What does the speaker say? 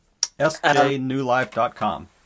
sjnewlife.com